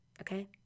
Okay